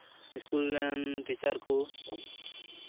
school ᱨᱮᱱ teacher ᱠᱚ